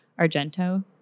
Argento